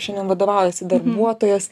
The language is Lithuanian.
šiandien vadovaujasi darbuotojas